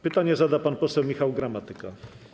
Pytanie zada pan poseł Michał Gramatyka.